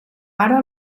ara